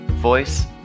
voice